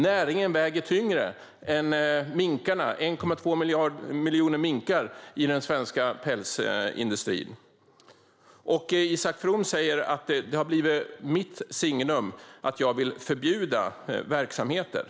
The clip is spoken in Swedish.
Näringen väger tyngre än de 1,2 miljonerna minkar i den svenska pälsindustrin. Isak From säger att det är mitt signum att vilja förbjuda verksamheter.